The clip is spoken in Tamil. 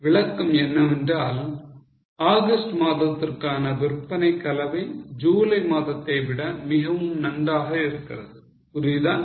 விளக்கம் என்னவென்றால் ஆகஸ்ட் மாதத்திற்கான விற்பனை கலவை ஜூலை மாதத்தை விட மிகவும் நன்றாக இருக்கிறது புரியுதா